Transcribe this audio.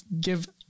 give